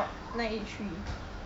got nine eight three